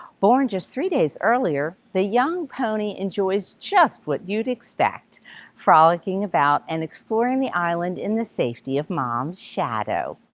born just three days earlier, the young pony enjoys just what you'd expect frolicking about and exploring the island in the safety of mom's shadow.